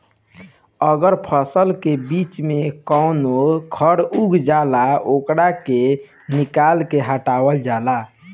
अगर फसल के बीच में कवनो खर उग जाला ओकरा के निकाल के हटावल जाला